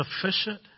sufficient